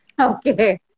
Okay